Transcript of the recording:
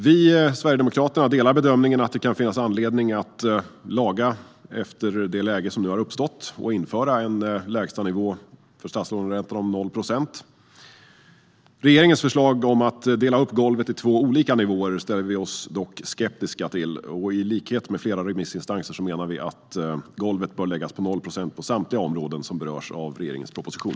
Vi i Sverigedemokraterna delar bedömningen att det kan finnas anledning att laga efter det läge som nu har uppstått och införa en lägstanivå för statslåneräntan på 0 procent. Regeringens förslag om att dela upp golvet i två olika nivåer ställer vi oss dock skeptiska till. I likhet med flera remissinstanser menar vi att golvet bör läggas på 0 procent på samtliga områden som berörs av regeringens proposition.